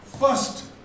first